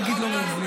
למה להגיד לא מבין?